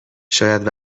شاید